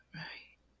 right